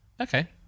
Okay